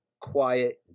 quiet